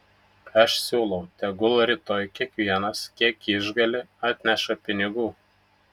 aš siūlau tegul rytoj kiekvienas kiek išgali atneša pinigų